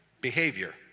Behavior